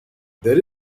there